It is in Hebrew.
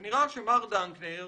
זה נראה שמר דנקנר